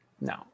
No